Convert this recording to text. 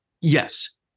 Yes